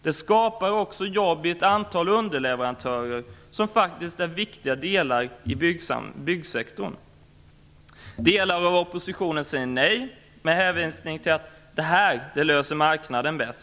De skapar också jobb hos ett antal underleverantörer, som är viktiga delar av byggsektorn. Delar av oppositionen säger nej, med hänvisning till att marknaden löser detta bäst.